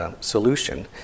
solution